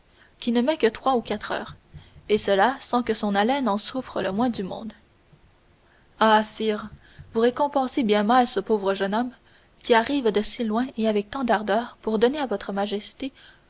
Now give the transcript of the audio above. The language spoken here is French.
qui ne met que trois ou quatre heures et cela sans que son haleine en souffre le moins du monde ah sire vous récompensez bien mal ce pauvre jeune homme qui arrive de si loin et avec tant d'ardeur pour donner à votre majesté